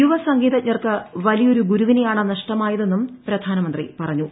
യുവ സംഗീതജ്ഞർക്ക് വലിയൊരു ഗുരുവിനെയാണ് നഷ്ടമായതെനും പ്രധാനമന്ത്രി പറഞ്ഞു